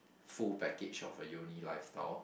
full package of a uni lifestyle